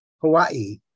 Hawaii